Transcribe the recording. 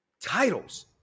titles